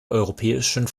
europäischen